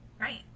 Right